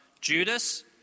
Judas